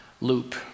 loop